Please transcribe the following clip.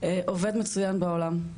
עובד מצוין בעולם.